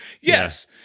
yes